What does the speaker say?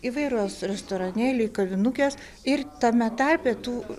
įvairios restoranėliai kavinukės ir tame tarpe tų